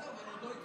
חברי הכנסת,